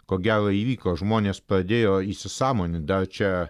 ko gero įvyko žmonės pradėjo įsisąmonint dar čia